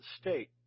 state